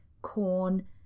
Corn